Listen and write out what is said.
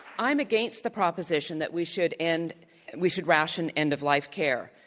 i am against the proposition that we should and we should ration end-of-life care.